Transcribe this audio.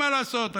מה לעשות,